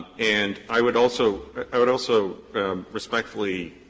and i would also i would also respectfully